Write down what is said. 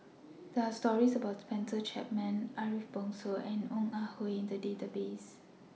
There Are stories about Spencer Chapman Ariff Bongso and Ong Ah Hoi in The Database